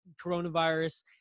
coronavirus